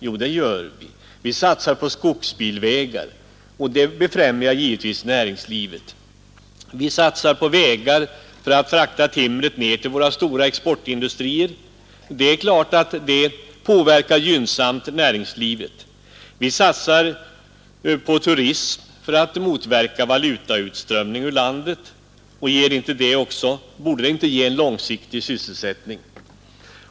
Jo, det gör vi — vi satsar på skogsbilvägar, och det befrämjar givetvis näringslivet. Vi satsar på vägar för att frakta timret ned till våra stora exportindustrier — det påverkar givetvis gynnsamt näringslivet. Vi satsar på turism för att motverka valutautströmning ur landet. Borde inte det också ge en långsiktig sysselsättning?